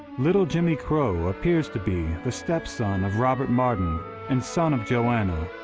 little jimmy crowe appears to be the stepson of robert martin and son of joanna,